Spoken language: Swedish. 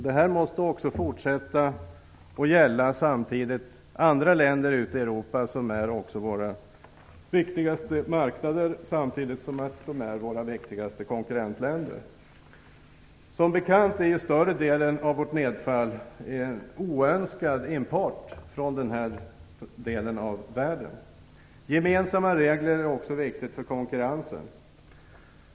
Detta måste också fortsätta att gälla i andra länder i Europa, som också är våra viktigaste marknader samtidigt som de är våra viktigaste konkurrentländer. Som bekant består större delen av vårt nedfall av oönskad import från den delen av världen. Gemensamma regler är också viktigt för konkurrensen.